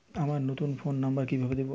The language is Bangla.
আমার নতুন ফোন নাম্বার কিভাবে দিবো?